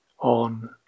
On